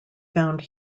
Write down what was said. found